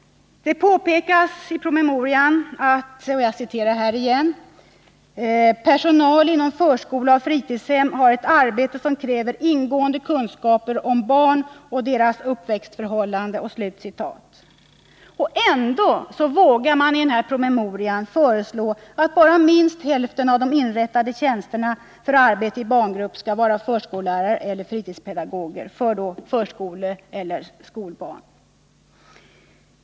Det påpekas i promemorian att personal inom förskola och fritidshem har ett arbete som kräver ingående kunskaper om barn och deras uppväxtförhållanden. Och ändå vågar man i denna promemoria föreslå att bara minst hälften av de inrättade tjänsterna för arbete i barngrupp skall innehas av förskollärare eller fritidspedagoger för förskoleeller skolbarn.